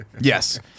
Yes